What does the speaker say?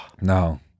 No